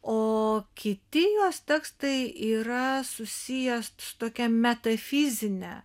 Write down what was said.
o kiti jos tekstai yra susijęs su tokia metafizine